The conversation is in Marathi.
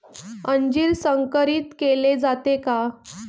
अंजीर संकरित केले जाते का?